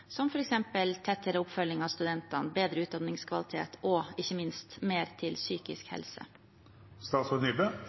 som f.eks. tettere oppfølging av studentene, bedre utdanningskvalitet og ikke minst mer til psykisk